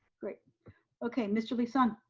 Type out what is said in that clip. okay, mr. lee-sung,